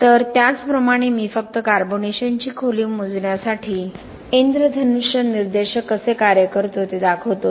तर त्याचप्रमाणे मी फक्त कार्बोनेशनची खोली मोजण्यासाठी इंद्रधनुष्य निर्देशक कसे कार्य करतो ते दाखवतो